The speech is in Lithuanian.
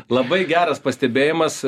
labai geras pastebėjimas